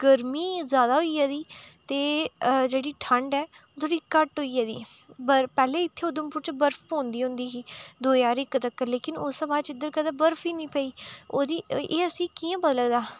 गरमी जादा होई गेदी ते जेह्ड़ी ठंड ऐ ओह् थोह्ड़ी घट्ट होइये दी बरफ पैह्लें इ'त्थें उधमपुर च बरफ पौंदी होंदी ही दो ज्हार इक तक्कर लेकिन उस दा बाद इद्धर कदें बरफ ही निं पेई ओह्दी एह् असें ई कि'यां पता लगदा